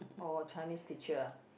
orh Chinese teacher ah